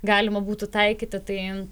galima būtų taikyti tai